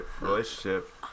relationship